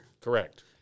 Correct